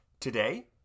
Today